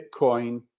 Bitcoin